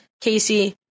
Casey